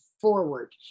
forward